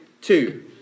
two